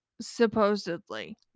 Supposedly